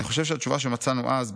"אני חושב שהתשובה שמצאנו אז,